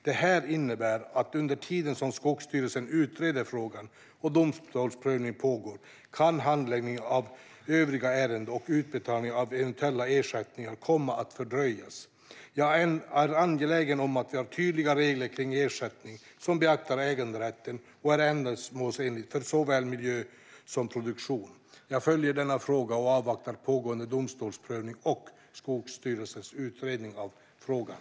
Det här innebär att under tiden som Skogsstyrelsen utreder frågan och domstolsprövning pågår kan handläggning av övriga ärenden och utbetalning av eventuella ersättningar komma att fördröjas. Jag är angelägen om att vi har tydliga regler kring ersättning som beaktar äganderätten och är ändamålsenliga för såväl miljö som produktion. Jag följer denna fråga och avvaktar pågående domstolsprövning och Skogsstyrelsens utredning av frågan.